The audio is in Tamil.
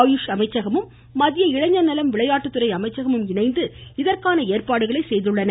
ஆயுஷ் அமைச்சகமும் மத்திய இளைஞர் நலம் விளையாட்டுத்துறை அமைச்சகமும் இணைந்து இதற்கான ஏற்பாடுகளை செய்துள்ளன